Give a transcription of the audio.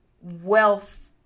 wealth